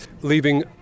leaving